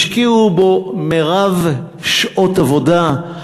השקיעו בו מרב שעות עבודה,